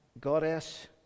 goddess